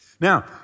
Now